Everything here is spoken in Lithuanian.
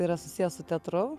yra susijęs su teatru